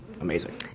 amazing